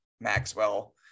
Maxwell